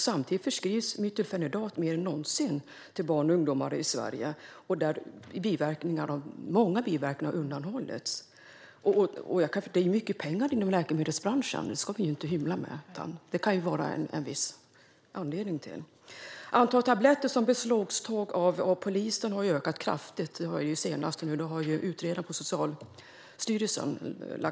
Samtidigt förskrivs metylfenidat mer än någonsin till barn och ungdomar i Sverige, och många biverkningar har undanhållits. Det är mycket pengar inom läkemedelsbranschen. Det ska vi inte hymla med. Det kan vara en viss anledning. Antalet tabletter som har beslagtagits av polisen har ökat kraftigt. Det har senast utredaren på Socialstyrelsen visat.